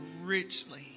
richly